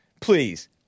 Please